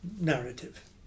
narrative